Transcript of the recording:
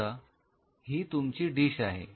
समजा ही तुमची डिश आहे